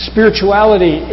Spirituality